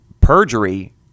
perjury